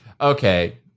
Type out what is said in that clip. okay